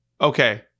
Okay